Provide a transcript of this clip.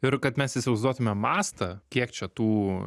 ir kad mes įsivaizduotume mastą kiek čia tų